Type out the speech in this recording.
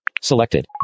Selected